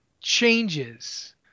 changes